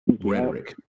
rhetoric